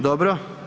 Dobro.